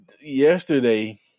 yesterday